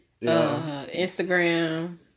Instagram